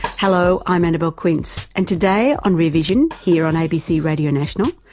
hello, i'm annabelle quince and today on rear vision, here on abc radio national,